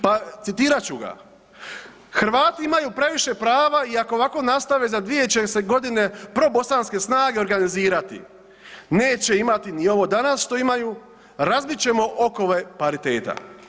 Pa citirat ću ga: „Hrvati imaju previše prava i ako ovako nastave za dvije će se godine probosanske snage organizirati, neće imati ni ovo danas što imaju, razbit ćemo okove pariteta.